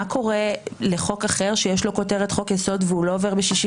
מה קורה לחוק אחר שיש לו כותרת חוק יסוד והוא לא עובר ב-61?